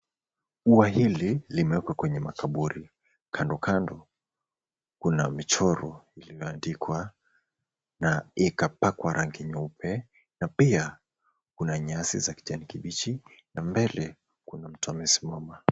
Ua hili limewekwa kwenye makuburi. Kando kando, kuna michoro iliyoandikwa na ikapakwa rangi nyeupe na pia kuna nyasi za kijani kibichi na mbele kuna mtu amesimama.